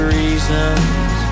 reasons